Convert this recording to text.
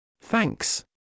Thanks